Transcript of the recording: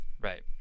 Right